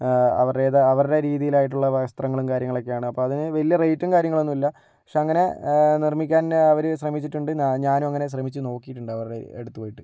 ആ അവരുടേത് അവരുടെ രീതിലായിട്ടുള്ള വസ്ത്രങ്ങളും കാര്യങ്ങളൊക്കെയാണ് അപ്പോൾ അതിന് വലിയ റേറ്റും കാര്യങ്ങളൊന്നും ഇല്ല പക്ഷെ അങ്ങനെ നിർമ്മിക്കാൻ അവര് ശ്രമിച്ചിട്ടുണ്ട് ഞാനും അങ്ങനെ ശ്രമിച്ച് നോക്കിയിട്ടുണ്ട് അവരുടെ അടുത്ത് പോയിട്ട്